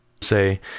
Say